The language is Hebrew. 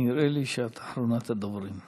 נראה לי שאת אחרונת הדוברים.